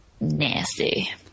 nasty